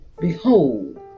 Behold